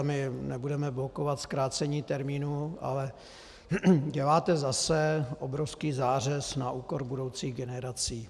My nebudeme blokovat zkrácení termínu, ale děláte zase obrovský zářez na úkor budoucích generací.